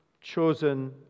chosen